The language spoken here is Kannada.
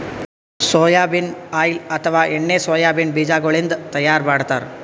ಸೊಯಾಬೀನ್ ಆಯಿಲ್ ಅಥವಾ ಎಣ್ಣಿ ಸೊಯಾಬೀನ್ ಬಿಜಾಗೋಳಿನ್ದ ತೈಯಾರ್ ಮಾಡ್ತಾರ್